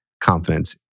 confidence